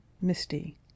misty